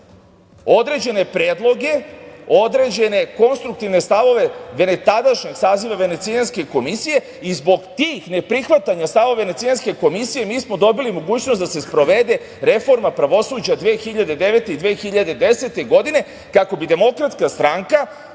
određene predloge, određene konstruktivne stavove tadašnjeg saziva Venecijanske komisije, i zbog tih neprihvatanja stavova Venecijanske komisije mi smo dobili mogućnost da se sprovede reforma pravosuđa 2009. i 2010. godine, kako bi DS sudsku vlast